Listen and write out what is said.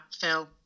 phil